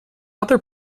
other